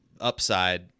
upside